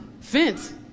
Fence